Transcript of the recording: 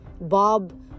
Bob